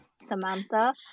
Samantha